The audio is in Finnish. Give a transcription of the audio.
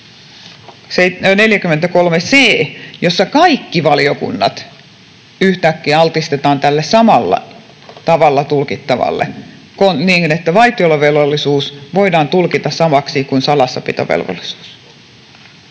43 c §— jossa kaikki valiokunnat yhtäkkiä altistetaan tälle samalla tavalla tulkittavalle, niin että vaitiolovelvollisuus voidaan tulkita samaksi kuin salassapitovelvollisuus.